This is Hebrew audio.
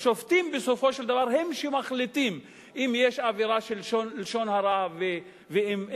שופטים בסופו של דבר הם שמחליטים אם יש עבירה של לשון הרע או אין,